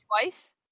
twice